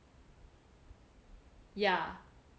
yeah